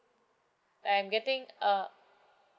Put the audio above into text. I am getting a